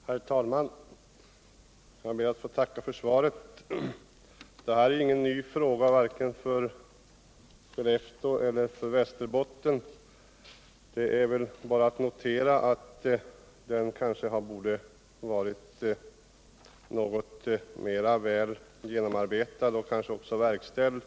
Herr talman! Jag ber att få tacka för svaret. Det här är ingen ny fråga, vare sig för Skellefteå eller för Västerbotten. Det är väl bara att notera att den vid det här laget borde vara väl genomarbetad och resultatet av genomarbetningen verkställt.